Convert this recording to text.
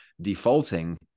defaulting